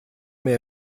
mehr